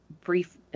brief